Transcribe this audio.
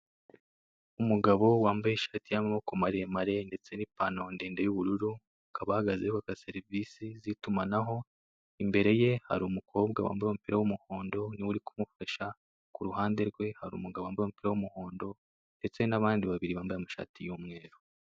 Umugabo wambaye ishati y'amaboko maremare ndende n'ipantaro ndende y'ubururu, akaba yaka serivise z'itumanaho imbere ye hari umukobwa wambaye umupira w'umuhondo niwe uri kumufasha kuruhande rwe hari umugabo wambaye umupira w'umuhondo, ndetse nabandi babiri bambaye amashati y'umweru.